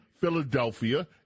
Philadelphia